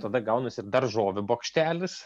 tada gaunasi ir daržovių bokštelis